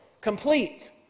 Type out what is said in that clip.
complete